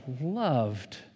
loved